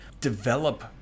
develop